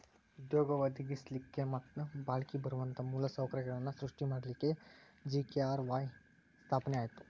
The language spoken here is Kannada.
ಉದ್ಯೋಗ ಒದಗಸ್ಲಿಕ್ಕೆ ಮತ್ತ ಬಾಳ್ಕಿ ಬರುವಂತ ಮೂಲ ಸೌಕರ್ಯಗಳನ್ನ ಸೃಷ್ಟಿ ಮಾಡಲಿಕ್ಕೆ ಜಿ.ಕೆ.ಆರ್.ವಾಯ್ ಸ್ಥಾಪನೆ ಆತು